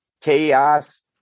chaos